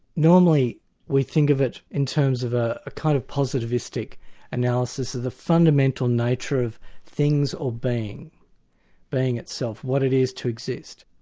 normally we think of it in terms of a kind of positivistic analysis of the fundamental nature of things or being being itself, what it is to exist.